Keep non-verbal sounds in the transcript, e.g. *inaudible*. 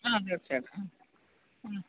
ആ *unintelligible* മ് മ്